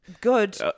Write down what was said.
Good